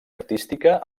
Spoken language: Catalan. artística